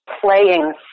playing